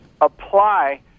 apply